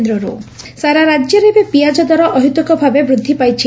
ପିଆଜ ସାରା ରାଜ୍ୟରେ ଏବେ ପିଆଜ ଦର ଅହେତୁକ ଭାବେ ବୃଦ୍ଧି ପାଇଛି